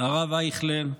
הרב אייכלר,